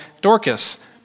Dorcas